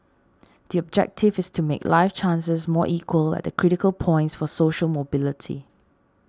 the objective is to make life chances more equal at the critical points for social mobility